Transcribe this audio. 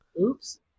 Oops